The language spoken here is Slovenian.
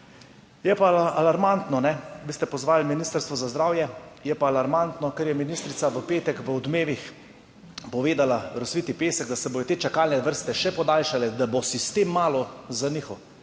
Je pa alarmantno, kajne, vi ste pozvali Ministrstvo za zdravje, je pa alarmantno, kar je ministrica v petek v Odmevih povedala Rosviti Pesek, da se bodo te čakalne vrste še podaljšale, da bo sistem malo zanihal.